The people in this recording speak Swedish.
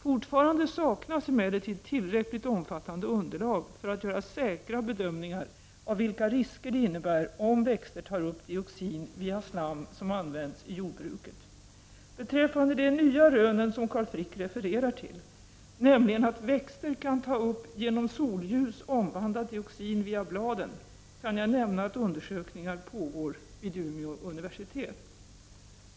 Fortfarande saknas emellertid tillräckligt omfattande underlag för att göra säkra bedömningar av vilka risker det innebär om växter tar upp dioxin via slam som används i jordbru 47 Prot. 1989/90:43 ket. Beträffande de nya rönen som Carl Frick refererar till, nämligen att väx 11 december 1989 — terkan ta upp genom solljus omvandlat dioxin via bladen, kan jag nämna att TT GT OC X — undersökningar pågår vid Umeå universitet.